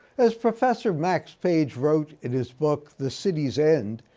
as professor max page wrote in his book, the city's end,